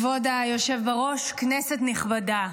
כבוד היושב בראש, כנסת נכבדה,